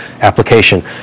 application